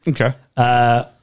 Okay